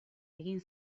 egin